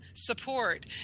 Support